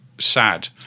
sad